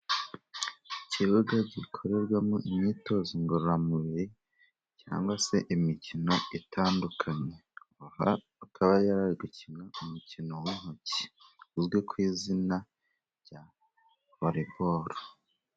Ikibuga gikorerwamo imyitozo ngororamubiri cyangwa se imikino itandukanye . Aha akaba yararari gukina umukino w'intoki uzwi ku izina rya voreboro.